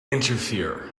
interfere